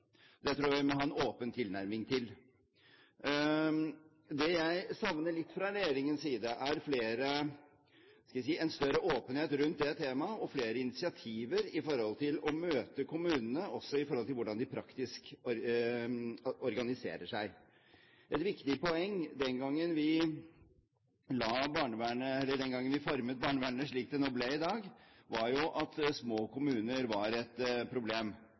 det tror jeg er et veldig reelt spørsmål. Det tror jeg vi må ha en åpen tilnærming til. Det jeg savner litt fra regjeringens side, er en større åpenhet rundt det temaet og flere initiativer i forhold til å møte kommunene, også når det gjelder hvordan de praktisk organiserer seg. Et viktig poeng den gangen vi formet barnevernet til slik det har blitt i dag, var jo at små kommuner var et problem,